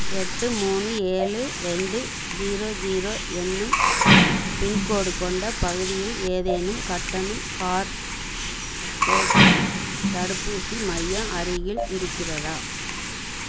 எட்டு மூணு ஏழு ரெண்டு ஜீரோ ஜீரோ என்னும் பின்கோடு கொண்ட பகுதியில் ஏதேனும் கட்டண கார்பேக்ஸ் தடுப்பூசி மையம் அருகில் இருக்கிறதா